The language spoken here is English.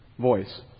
voice